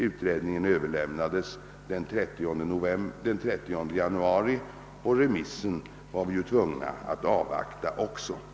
Utredningen framlades den 30 januari och vi var också tvungna att avvakta remissbehandlingen av den.